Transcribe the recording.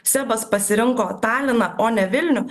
sebas pasirinko taliną o ne vilnių